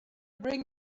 bring